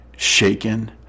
Shaken